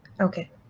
Okay